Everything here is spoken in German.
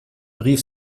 rief